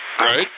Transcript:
right